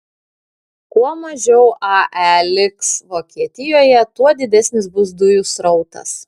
kuo mažiau ae liks vokietijoje tuo didesnis bus dujų srautas